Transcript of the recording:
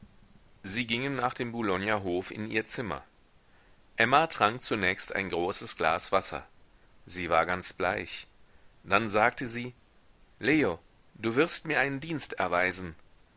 sie gingen nach dem boulogner hof in ihr zimmer emma trank zunächst ein großes glas wasser sie war ganz bleich dann sagte sie leo du wirst mir einen dienst erweisen